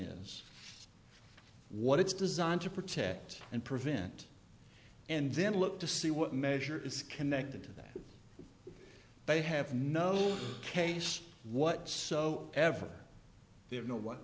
is what it's designed to protect and prevent and then look to see what measure is connected to that they have no case what so ever they have no one